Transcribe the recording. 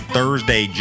Thursday